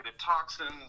toxins